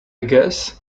guess